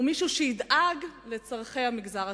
ומישהו שידאג לצורכי המגזר השלישי,